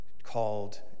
Called